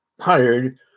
hired